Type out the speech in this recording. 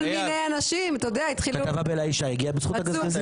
כל מיני אנשים התחילו --- הכתבה ב'לאישה' הגיעה בזכות הגזגזי.